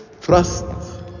trust